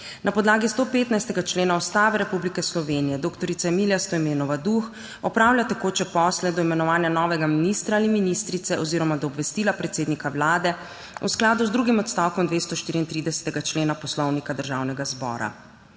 Na podlagi 115. člena Ustave Republike Slovenije dr. Emilija Stojmenova Duh opravlja tekoče posle do imenovanja novega ministra ali ministrice oziroma do obvestila predsednika Vlade v skladu z drugim odstavkom 234. člena Poslovnika Državnega zbora.